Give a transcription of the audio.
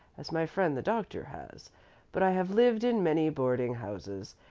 as my friend the doctor has but i have lived in many boarding-houses,